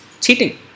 Cheating